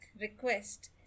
request